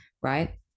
Right